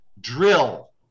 drill